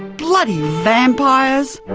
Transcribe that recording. bloody vampires!